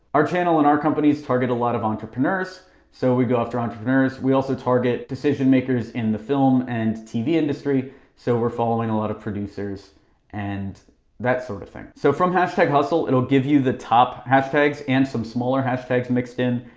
our channel and our companies target a lot of entrepreneurs so we go after entrepreneurs. we also target decision-makers in the film and tv industry so we're following a lot of producers and that sort of thing. so from hashtag hustle, it'll give you the top hashtags and some smaller hashtags mixed in.